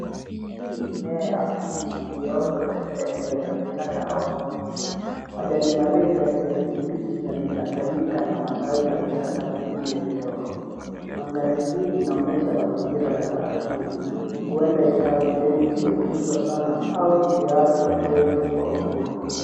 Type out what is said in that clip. Hii ni mimea ya asili iliyoota katika eneo la kichaka au msituni. Majani marefu ya kijani kibichi yamechanganyika na matawi na vichaka vingine vidogo. Mandhari hii inaonyesha mazingira ya asili, huenda ikawa ni sehemu isiyotunzwa sana au iliyoachwa yote kwa uhuru.